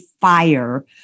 fire